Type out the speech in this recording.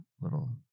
little